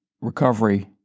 recovery